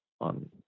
on